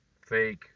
fake